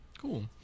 Cool